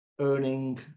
earning